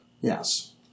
Yes